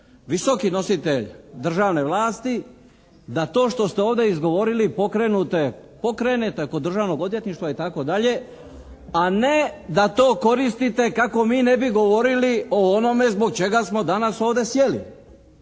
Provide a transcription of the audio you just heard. visoki nositelj državne vlasti da to što ste ovdje izgovorili pokrenute, pokrenete kod Državnog odvjetništva i tako dalje. A ne da to koristite kako mi ne bi govorili o onome zbog čega smo danas ovdje sjeli.